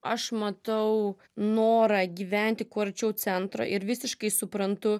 aš matau norą gyventi kuo arčiau centro ir visiškai suprantu